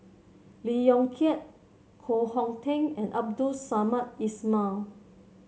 Lee Yong Kiat Koh Hong Teng and Abdul Samad Ismail